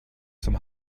zum